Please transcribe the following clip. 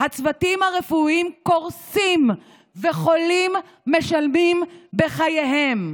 "הצוותים הרפואיים קורסים, וחולים משלמים בחייהם".